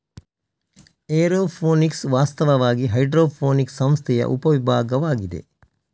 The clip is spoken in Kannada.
ಏರೋಪೋನಿಕ್ಸ್ ವಾಸ್ತವವಾಗಿ ಹೈಡ್ರೋಫೋನಿಕ್ ವ್ಯವಸ್ಥೆಯ ಉಪ ವಿಭಾಗವಾಗಿದೆ